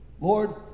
Lord